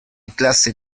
clase